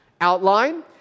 outline